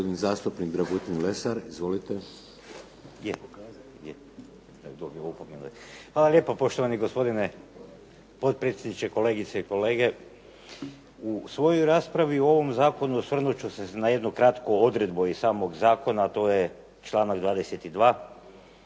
Hvala lijepo poštovani gospodine potpredsjedniče. Kolegice i kolege. U svojoj raspravi o ovom zakonu osvrnut ću se na jednu kratku odredbu iz samog zakona, a to je članak 22.